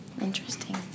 Interesting